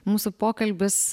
mūsų pokalbis